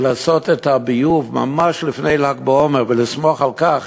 ולעשות את הביוב ממש לפני ל"ג בעומר, ולסמוך על כך